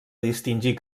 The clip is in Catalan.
distingir